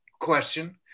question